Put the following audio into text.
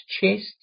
chest